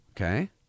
Okay